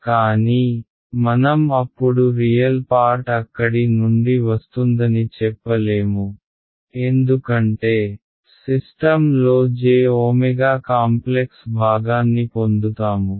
కానీ మనం అప్పుడు రియల్ పార్ట్ అక్కడి నుండి వస్తుందని చెప్పలేము ఎందుకంటే సిస్టమ్ లో j w కాంప్లెక్స్ భాగాన్ని పొందుతాము